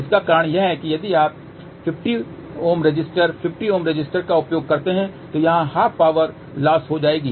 इसका कारण यह है और यदि आप 50Ω रेसिस्टर 50Ω रेसिस्टर का उपयोग करते हैं तो यहां ½ पावर लॉस हो जाएगी